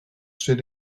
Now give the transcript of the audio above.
steht